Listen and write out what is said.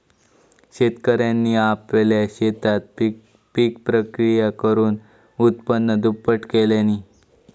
शेतकऱ्यांनी आपल्या शेतात पिक प्रक्रिया करुन उत्पन्न दुप्पट केल्यांनी